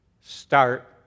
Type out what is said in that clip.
start